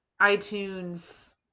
iTunes